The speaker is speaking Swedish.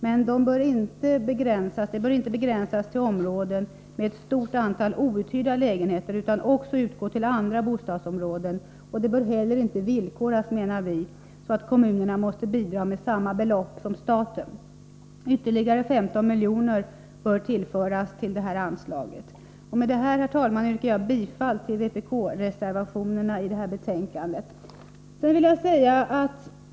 Men detta bör inte begränsas till områden med ett stort antal outhyrda lägenheter utan utgå även till andra bostadsområden. Vi menar också att anslagen inte heller bör villkoras, så att kommunerna måste bidra med samma belopp som staten. Ytterligare 15 milj.kr. bör tillföras anslaget. Med detta yrkar jag bifall till vpk-reservationerna vid bostadsutskottets betänkande.